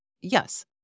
Yes